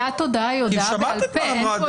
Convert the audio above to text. גביית הודעה היא הודעה בעל פה.